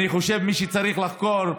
אני חושב מי שצריך לחקור אותם,